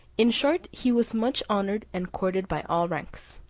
in short, he was much honoured and courted by all ranks.